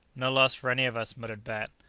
no loss for any of us, muttered bat.